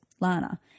Lana